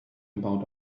about